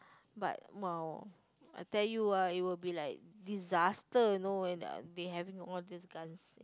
but !wow! I tell you ah it will be like disaster you know they having all these guns